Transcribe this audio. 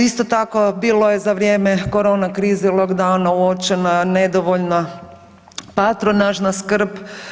Isto tako bilo je za vrijeme korona krize i lockdowna uočena nedovoljna patronažna skrb.